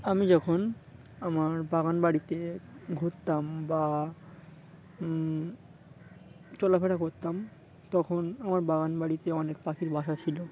আমি যখন আমার বাগান বাড়িতে ঘুরতাম বা চলাফেরা করতাম তখন আমার বাগান বাাড়িতে অনেক পাখির বাসা ছিল